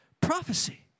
prophecy